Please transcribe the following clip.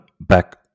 back